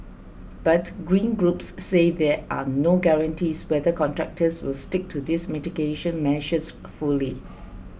but green groups say there are no guarantees whether contractors will stick to these mitigation measures fully